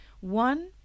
One